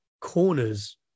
corners